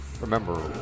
Remember